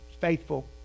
faithful